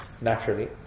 naturally